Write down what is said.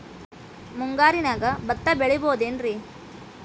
ಮುಂಗಾರಿನ್ಯಾಗ ಭತ್ತ ಬೆಳಿಬೊದೇನ್ರೇ?